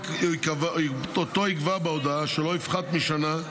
שאותו יקבע בהודעה, שלא יפחת משנה,